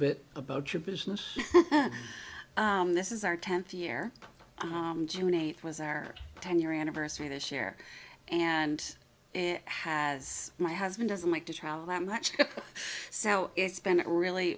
business this is our tenth year june eighth was their ten year anniversary this year and it has my husband doesn't like to travel that much so it's been it really